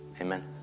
amen